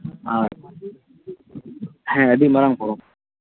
ᱟᱨ ᱦᱮᱸ ᱟᱹᱰᱤ ᱢᱟᱨᱟᱝ ᱯᱚᱨᱚᱵᱽ